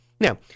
Now